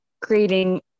creating